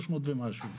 300 ומשהו.